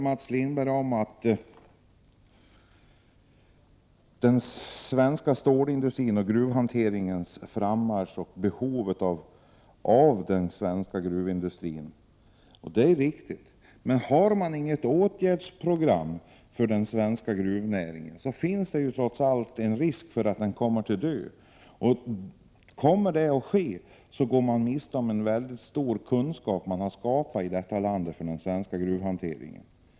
Mats Lindberg talar om den svenska stålindustrin och gruvhanteringen. Han talar om frammarschen på detta område samt om behovet av en svensk gruvindustri. Det här är viktiga saker men om man inte har något åtgärdsprogram för den svenska gruvnäringen, finns det en risk för att denna dör ut. Om så sker, går man när det gäller den svenska gruvhanteringen miste om väldigt stora kunskaper.